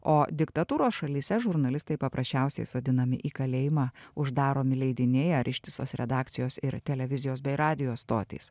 o diktatūros šalyse žurnalistai paprasčiausiai sodinami į kalėjimą uždaromi leidiniai ar ištisos redakcijos ir televizijos bei radijo stotys